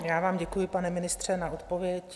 Já vám děkuji, pane ministře, za odpověď.